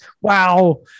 Wow